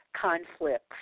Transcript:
conflicts